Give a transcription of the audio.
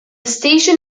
station